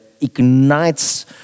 ignites